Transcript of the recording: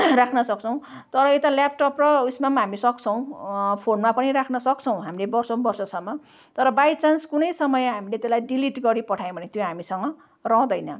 राख्न सक्छौँ तर यता ल्यापटप र उसमा पनि हामीले सक्छौँ फोनमा पनि राख्न सक्छौँ हामीले वर्षौँ वर्षसम्म तर बाइचान्स कुनै समय हामीले त्यसलाई डिलिट गरिपठायौँ भने त्यो हामीसँग रहँदैन